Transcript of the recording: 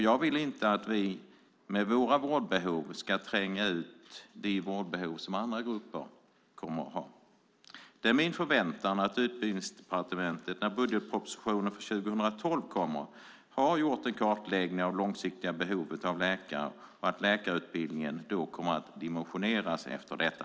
Jag vill inte att vi med våra vårdbehov ska tränga ut grupper med andra vårdbehov. Det är min förväntan att Utbildningsdepartementet, när budgetpropositionen för 2012 kommer, har gjort en kartläggning av det långsiktiga behovet av läkare och att läkarutbildningen då kommer att dimensioneras efter detta.